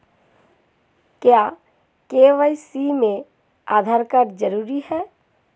क्या के.वाई.सी में आधार कार्ड जरूरी है?